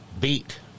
beat